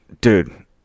Dude